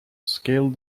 scaled